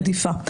רדיפה.